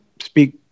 speak